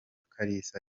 kalisa